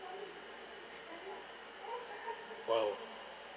!wow!